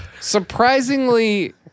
surprisingly